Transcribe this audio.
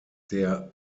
der